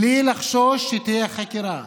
בלי לחשוש שתהיה חקירה.